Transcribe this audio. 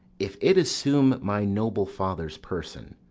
if it assume my noble father's person,